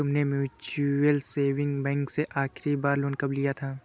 तुमने mutual saving bank से आखरी बार लोन कब लिया था?